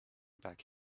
pack